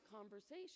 conversation